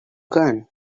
gun